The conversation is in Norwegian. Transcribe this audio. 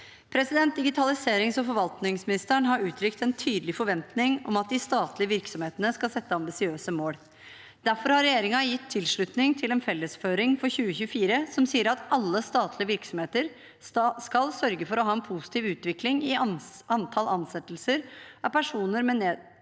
inkludering. Digitaliserings- og forvaltningsministeren har uttrykt en tydelig forventning om at de statlige virksomhetene skal sette ambisiøse mål. Derfor har regjeringen gitt tilslutning til en fellesføring for 2024 som sier at alle statlige virksomheter skal sørge for å ha en positiv utvikling i antall ansettelser av personer med nedsatt